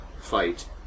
fight